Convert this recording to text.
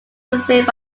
received